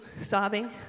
sobbing